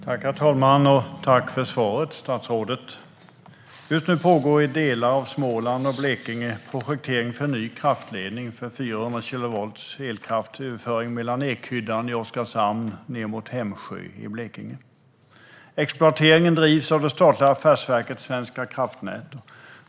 Herr talman! Tack för svaret, statsrådet! Just nu pågår i delar av Småland och Blekinge projektering för en ny kraftledning på 400 kilovolt från Ekhyddan i Oskarshamn till Hemsjö i Blekinge. Exploateringen drivs av det statliga affärsverket Svenska kraftnät.